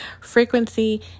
Frequency